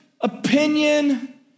opinion